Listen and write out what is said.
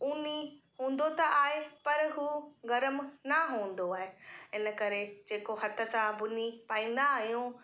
ऊनी हूंदो त आहे पर हू गर्म न हूंदो आहे इनकरे जेको हथ सां भुनी पाईंदा आहियूं